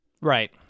Right